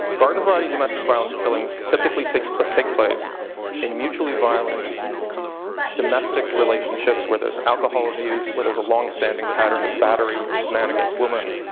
garden variety domestic violence killings typically take so take place in mutually violent domestic relationships where there's alcohol abuse, where there's a long standing pattern of battery, man against woman,